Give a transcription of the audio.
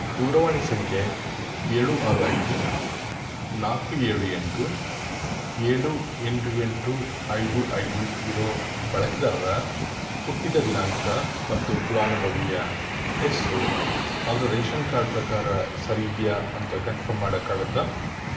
ದೂರವಾಣಿ ಸಂಖ್ಯೆ ಏಳು ಆರು ಐದು ನಾಲ್ಕು ಏಳು ಎಂಟು ಏಳು ಎಂಟು ಎಂಟು ಐದು ಐದು ಇರೋ ಬಳಕೆದಾರರ ಹುಟ್ಟಿದ ದಿನಾಂಕ ಮತ್ತು ಫಲಾನುಭವಿಯ ಹೆಸರು ಅವರ ರೇಷನ್ ಕಾರ್ಡ್ ಪ್ರಕಾರ ಸರಿಯಿದೆಯಾ ಅಂತ ಕನ್ಫರ್ಮ್ ಮಾಡೋಕ್ಕಾಗತ್ತಾ